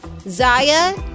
Zaya